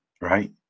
Right